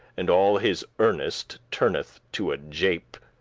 and all his earnest turneth to a jape.